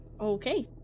okay